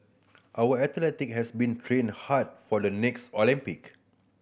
our athlete has been training hard for the next Olympic